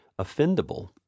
Offendable